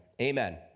Amen